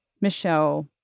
Michelle